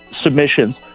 submissions